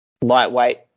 lightweight